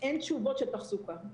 אין תשובות של תחזוקה.